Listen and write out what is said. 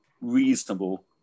reasonable